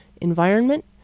environment